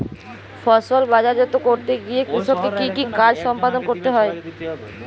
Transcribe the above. ফসল বাজারজাত করতে গিয়ে কৃষককে কি কি কাজ সম্পাদন করতে হয়?